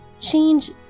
change